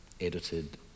edited